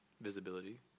visibility